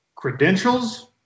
credentials